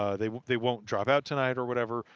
ah they they won't drop out tonight or whatever,